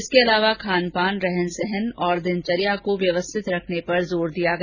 इसके अलावा खानपान रहन सहन और दिनचर्या को व्यवस्थित रखने पर जोर दिया गया